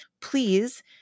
please